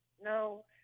no